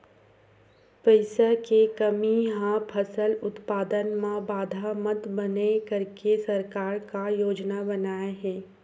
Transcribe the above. पईसा के कमी हा फसल उत्पादन मा बाधा मत बनाए करके सरकार का योजना बनाए हे?